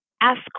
ask